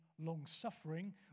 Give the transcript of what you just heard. long-suffering